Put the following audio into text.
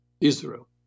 Israel